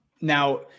Now